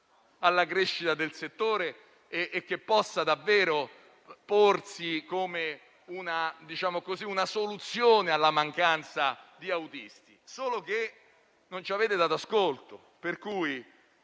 alla crescita del settore e che può davvero porsi come una soluzione alla mancanza di autisti, solo che non ci avete dato ascolto, quindi